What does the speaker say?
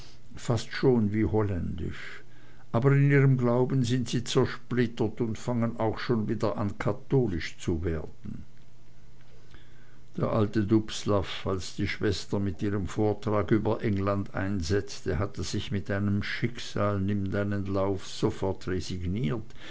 fast schon wie holländisch aber in ihrem glauben sind sie zersplittert und fangen auch schon wieder an katholisch zu werden der alte dubslav als die schwester mit ihrem vortrag über england einsetzte hatte sich mit einem schicksal nimm deinen lauf sofort resigniert